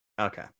Okay